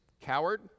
coward